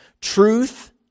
Truth